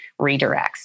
redirects